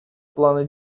плана